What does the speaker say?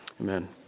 Amen